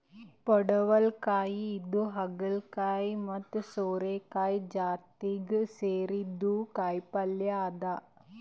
ಪಡವಲಕಾಯಿ ಇದು ಹಾಗಲಕಾಯಿ ಮತ್ತ್ ಸೋರೆಕಾಯಿ ಜಾತಿಗ್ ಸೇರಿದ್ದ್ ಕಾಯಿಪಲ್ಯ ಅದಾ